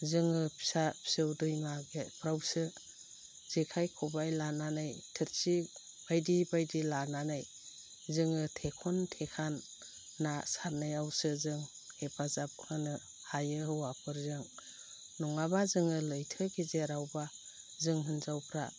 जोङो फिसा फिसौ दैमा गेथफ्रावसो जेखाइ खबाय लानानै थोरसि बायदि बायदि लानानै जोङो थेखन थेखान ना सारनायावसो जों हेफाजाब होनो हायो हौवाफोरजों नङाबा जोङो लैथो गेजेराव बा जों होन्जावफ्रा